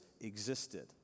existed